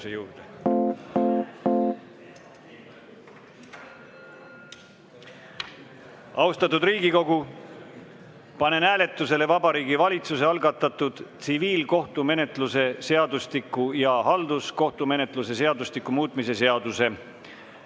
Austatud Riigikogu, panen hääletusele Vabariigi Valitsuse algatatud tsiviilkohtumenetluse seadustiku ja halduskohtumenetluse seadustiku muutmise seaduse